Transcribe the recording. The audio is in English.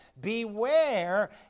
Beware